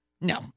No